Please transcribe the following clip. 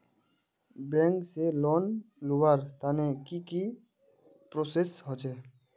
Bank से loan लुबार तने की की प्रोसेस होचे?